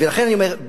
ולכן אני אומר,